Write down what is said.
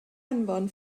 anfon